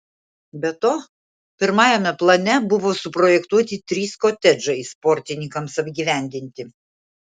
be to pirmajame plane buvo suprojektuoti trys kotedžai sportininkams apgyvendinti